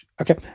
okay